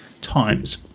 times